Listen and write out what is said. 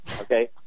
Okay